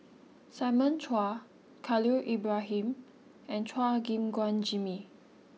Simon Chua Khalil Ibrahim and Chua Gim Guan Jimmy